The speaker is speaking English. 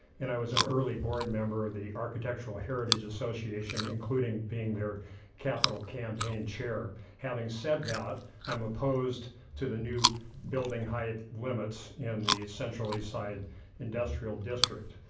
and i was an early board member of the architectural heritage association including being their capital campaign chair. having said that i'm opposed to the new building height limits in the central east side industrial district.